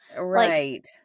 Right